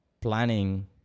planning